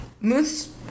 Moose